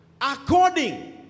according